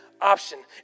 option